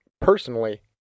personally